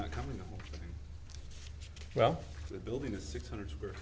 not coming well the building is six hundred square